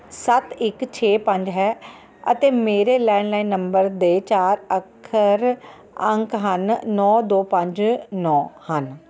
ਸੱਤ ਇੱਕ ਛੇ ਪੰਜ ਹੈ ਅਤੇ ਮੇਰੇ ਲੈਂਡਲਾਈਨ ਨੰਬਰ ਦੇ ਚਾਰ ਅੱਖਰ ਅੰਕ ਹਨ ਨੌਂ ਦੋ ਪੰਜ ਨੌਂ ਹਨ